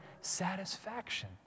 satisfaction